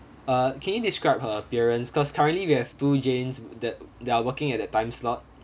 uh can you describe her appearance cause currently we have two janes that that are working at that time slot